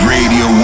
Radio